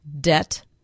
debt